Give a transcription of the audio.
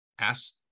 ask